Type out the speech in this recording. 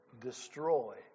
destroy